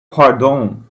pardon